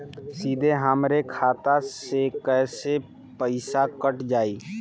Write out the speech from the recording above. सीधे हमरे खाता से कैसे पईसा कट जाई?